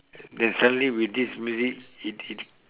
then suddenly with this music it it